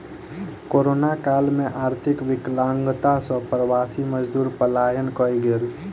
corona काल में आर्थिक विकलांगता सॅ प्रवासी मजदूर पलायन कय गेल